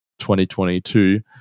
2022